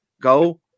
go